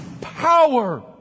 power